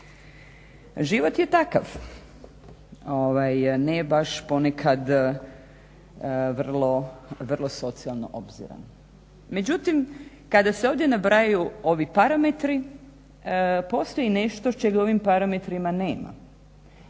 Život je takav, ne baš ponekad vrlo socijalno obziran. Međutim, kada se ovdje nabrajaju ovi parametri postoji nešto čega u ovim parametrima nema,